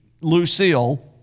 Lucille